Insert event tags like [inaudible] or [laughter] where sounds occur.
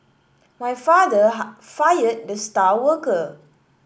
my father [unintelligible] fired the star worker